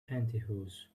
pantyhose